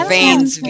Veins